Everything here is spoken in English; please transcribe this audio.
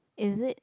is it